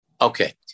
Okay